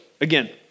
again